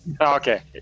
Okay